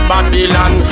Babylon